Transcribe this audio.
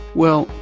well,